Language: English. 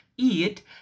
eat